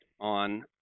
on